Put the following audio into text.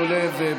שימו לב,